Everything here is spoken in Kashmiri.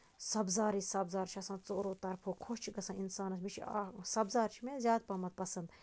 سَبزارٕے سَبزار چھُ آسان ژورو طرفَو خۄش چھُ گژھان اِنسانَس بیٚیہِ چھُ سَبزار چھُ مےٚ زیادٕ پَہمَتھ پَسند